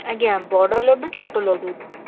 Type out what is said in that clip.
ଆଜ୍ଞା ବଡ଼ ଲଡ଼ୁ ଛୋଟ ଲଡ଼ୁ